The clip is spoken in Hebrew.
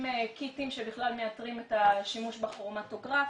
קיטים שמאתרים את השימוש בכרומטוגרף.